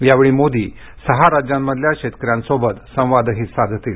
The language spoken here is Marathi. यावेळी मोदी हे सहा राज्यांमधल्या शेतकऱ्यांसोबत संवादही साधतील